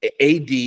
AD